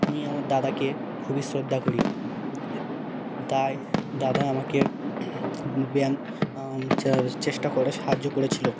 আমি আমার দাদাকে খুবই শ্রদ্ধা করি তাই দাদা আমাকে ব্যায়াম চ্যা চেষ্টা করে সাহায্য করেছিলো